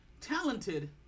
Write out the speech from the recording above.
talented